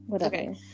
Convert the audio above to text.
Okay